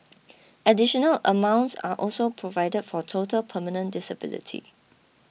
additional amounts are also provided for total permanent disability